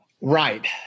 Right